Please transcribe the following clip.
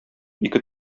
ике